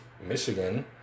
Michigan